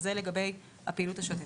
זה לגבי הפעילות השוטפת.